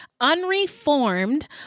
Unreformed